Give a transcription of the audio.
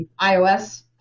iOS